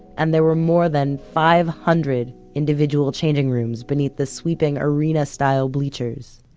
and there were more than five hundred individual changing rooms beneath the sweeping arena style bleachers.